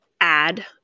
add